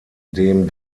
dem